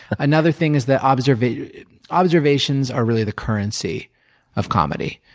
another thing is that observations observations are really the currency of comedy.